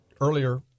earlier